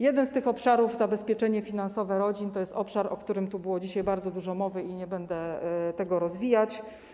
Jeden z tych obszarów, zabezpieczenie finansowe rodzin, to jest obszar, o którym tu dzisiaj bardzo dużo mówiono, i nie będę tego rozwijać.